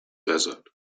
desert